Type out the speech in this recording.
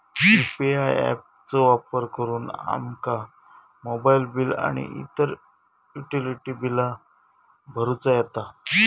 UPI app चो वापर करुन आमका मोबाईल बिल आणि इतर युटिलिटी बिला भरुचा येता